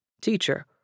Teacher